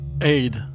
aid